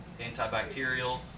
antibacterial